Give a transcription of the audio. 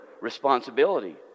responsibility